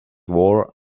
war